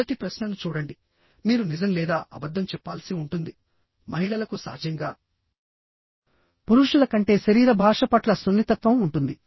మొదటి ప్రశ్నను చూడండిమీరు నిజం లేదా అబద్ధం చెప్పాల్సి ఉంటుంది మహిళలకు సహజంగా పురుషుల కంటే శరీర భాష పట్ల సున్నితత్వం ఉంటుంది